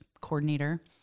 coordinator